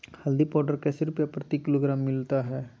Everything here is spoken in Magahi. हल्दी पाउडर कैसे रुपए प्रति किलोग्राम मिलता रहा है?